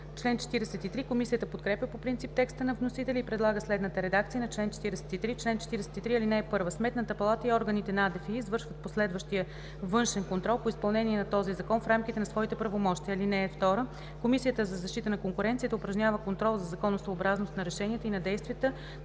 АПСК.“ Комисията подкрепя по принцип текста на вносителя и предлага следната редакция на чл. 43: „Чл. 43. (1) Сметната палата и органите на АДФИ извършват последващия външен контрол по изпълнение на този Закон в рамките на своите правомощия. (2) Комисията за защита на конкуренцията упражнява контрол за законосъобразност на решенията и на действията